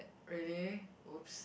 really whoops